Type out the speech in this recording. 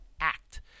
act